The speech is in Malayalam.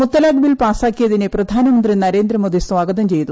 മുത്തലാഖ് ബിൽ പാസാക്കിയതിനെ പ്രധാനമന്ത്രി നരേന്ദ്രമോദി സ്വാഗതം ചെയ്തു